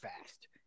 fast